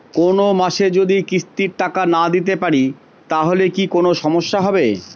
কোনমাসে যদি কিস্তির টাকা না দিতে পারি তাহলে কি কোন সমস্যা হবে?